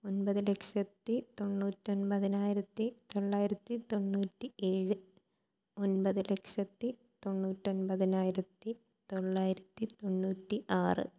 ഒൻപത് ലക്ഷത്തി തൊണ്ണൂറ്റി ഒൻപതിനായിരത്തി തൊള്ളായിരത്തി തൊണ്ണൂറ്റി ഏഴ് ഒൻപത് ലക്ഷത്തി തൊണ്ണൂറ്റി ഒൻപതിനായിത്തി തൊള്ളായിരത്തി തൊണ്ണൂറ്റി ആറ്